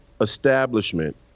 establishment